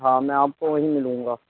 ہاں میں آپ کو وہیں ملوں گا